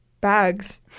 bags